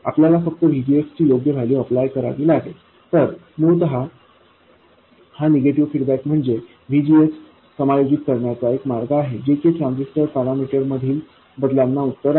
आपल्याला फक्त VGS ची योग्य वैल्यू अप्लाय करावी लागेल तर मूलत हा निगेटिव्ह फीडबॅक म्हणजे VGS समायोजित करण्याचा एक मार्ग आहे जे की ट्रान्झिस्टर पॅरामीटर्स मधील बदलांना उत्तर आहे